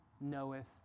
knoweth